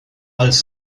els